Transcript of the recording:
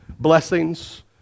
Blessings